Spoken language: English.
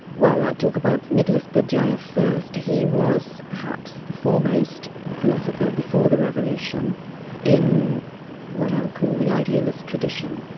well i'll talk about nicolai berdyaev first. he was perhaps the foremost philosopher before the revolution in what i would call the idealist tradition.